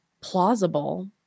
plausible